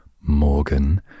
Morgan